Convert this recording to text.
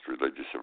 religious